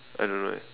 I don't know eh